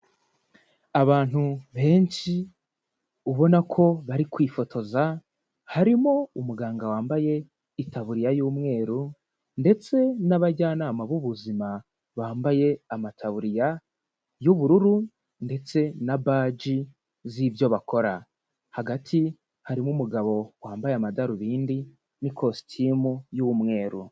Abantu benshi ubona ko bari kwifotoza, harimo umuganga wambaye itaburiya y'umweru ndetse n'abajyanama b'ubuzima bambaye amataburiya y'ubururu ndetse na baji z'ibyo bakora. Hagati harimo umugabo wambaye amadarubindi n'ikositimu y'umweru.